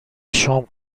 شام